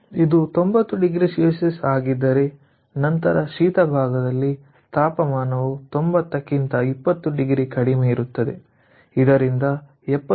ಇದು 90oC ಆಗಿದ್ದರೆ ನಂತರ ಶೀತ ಭಾಗದಲ್ಲಿ ತಾಪಮಾನವು 90 ಕ್ಕಿಂತ 20 ಡಿಗ್ರಿ ಕಡಿಮೆ ಇರುತ್ತದೆ ಇದರಿಂದ 70 ಡಿಗ್ರಿ ಆಗಿರುತ್ತದೆ